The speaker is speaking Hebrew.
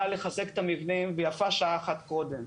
לחזק את המבנים ויפה שעה אחת קודם.